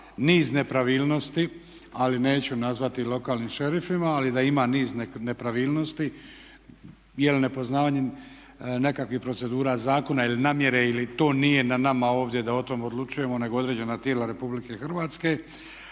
niz nepravilnosti ali neću ih nazvati lokalnim šerifima. Ali da ima niz nepravilnosti jel' nepoznavanjem nekakvih procedura zakona ili namjere to nije na nama ovdje da o tome odlučujemo nego određena tijela Republike Hrvatske,